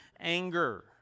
anger